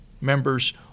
members